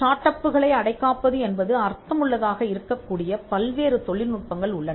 start அப் புகளை அடை காப்பது என்பதுஅர்த்தமுள்ளதாக இருக்கக்கூடிய பல்வேறு தொழில்நுட்பங்கள் உள்ளன